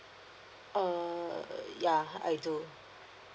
err yeah I do